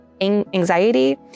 anxiety